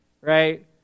right